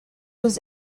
was